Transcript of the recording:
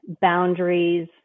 boundaries